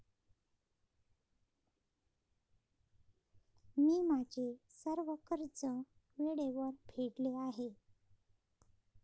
मी माझे सर्व कर्ज वेळेवर फेडले आहे